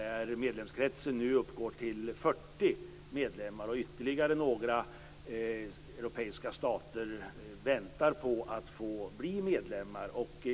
Medlemskretsen uppgår nu till 40 medlemmar och ytterligare några europeiska stater väntar på att få bli medlemmar.